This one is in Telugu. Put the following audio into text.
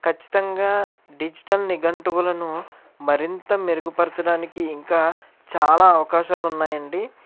ఖచ్చితంగా డిజిటల్ నిఘంటువులను మరింత మెరుగుపరచడానికి ఇంకా చాలా అవకాశాలు ఉన్నాయండి